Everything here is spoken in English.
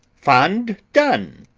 fond done,